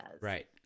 Right